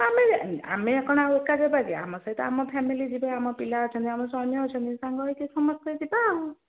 ଆମେ ଆମେ କ'ଣ ଅଲଗା ଯିବା କି ଆମ ସହିତ ଆମ ଫ୍ୟାମିଲି ଯିବେ ଆମ ପିଲା ଅଛନ୍ତି ଆମ ସ୍ୱାମୀ ଅଛନ୍ତି ସାଙ୍ଗ ହେଇକି ସମସ୍ତେ ଯିବା ଆଉ